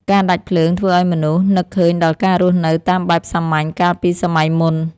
ការដាច់ភ្លើងធ្វើឱ្យមនុស្សនឹកឃើញដល់ការរស់នៅតាមបែបសាមញ្ញកាលពីសម័យមុន។